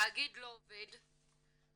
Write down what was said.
בהחלט לא מתעלם מה --- התאגיד לא עובד,